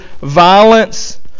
violence